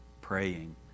praying